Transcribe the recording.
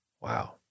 Wow